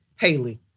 Haley